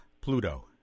Pluto